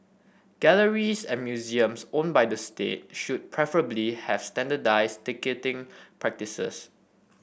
galleries and museums owned by the state should preferably have standardised ticketing practises